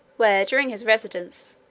where, during his residence,